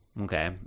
Okay